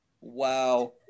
wow